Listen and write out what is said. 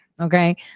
Okay